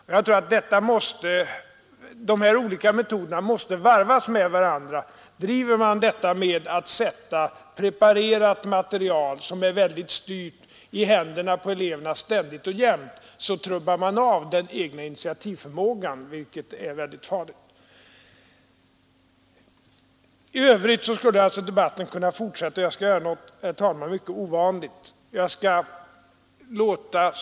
Det är ju raka motsatsen till den metod som fru Sundberg talade om, och jag tror att dessa olika metoder måste varvas med varandra. Om man ständigt och jämt sätter preparerat material som är mycket styrt i händerna på eleverna trubbar man av deras initiativförmåga, något som är mycket farligt. Jag skall sedan göra något ovanligt.